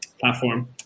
platform